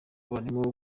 barimo